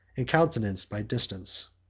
and countenanced by distance.